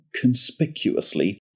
conspicuously